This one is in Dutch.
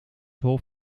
hof